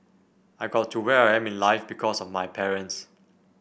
I got to where I am in life because of my parents